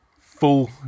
full